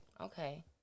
Okay